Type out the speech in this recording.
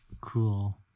cool